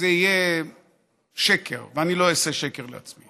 זה יהיה שקר, ואני לא אעשה שקר לעצמי.